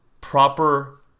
proper